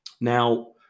Now